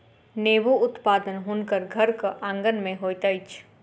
नेबो उत्पादन हुनकर घरक आँगन में होइत अछि